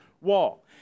wall